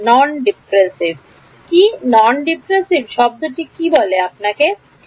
নন dispersive কী non dispersive শব্দটি কী আপনাকে বলে